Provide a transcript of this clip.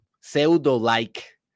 pseudo-like